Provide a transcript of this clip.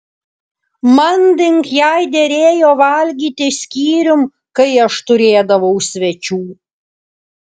manding jai derėjo valgyti skyrium kai aš turėdavau svečių